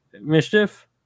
Mischief